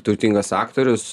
turtingas aktorius